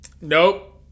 Nope